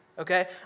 Okay